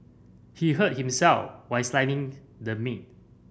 he hurt himself while slicing the meat